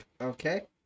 Okay